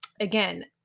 Again